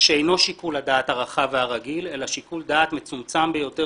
שאינו שיקול הדעת הרחב והרגיל אלא שיקול דעת מצומצם ביותר